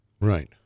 Right